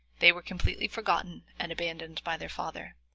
they were completely forgotten and abandoned by their father.